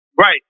Right